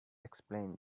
explain